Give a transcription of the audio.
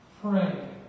Pray